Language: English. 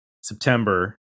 September